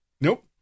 Nope